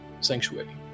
sanctuary